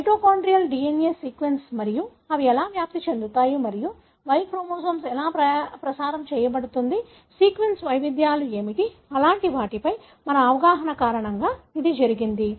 mitochondrial DNA sequence మరియు అవి ఎలా వ్యాప్తి చెందుతాయి మరియు Y క్రోమోజోమ్ ఎలా ప్రసారం చేయబడుతుంది సీక్వెన్స్ వైవిధ్యాలు ఏమిటి అనే వాటిపై మన అవగాహన కారణంగా ఇది జరిగింది